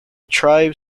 tribe